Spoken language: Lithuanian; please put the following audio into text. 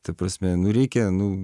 ta prasme nu reikia nu